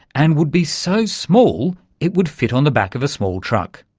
and would be so small it would fit on the back of a small truck.